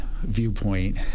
viewpoint